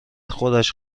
خودش